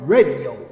Radio